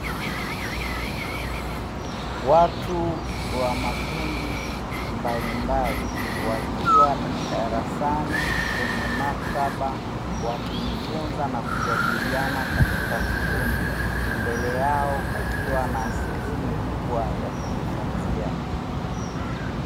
Watu wa makundi mbalimbali wakiwa darasani kwenye maktaba wakijifunza na kujadiliana katika vikundi, mbele yao kukiwa na skrini kubwa ya kujifunzia.